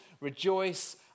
rejoice